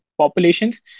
populations